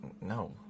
no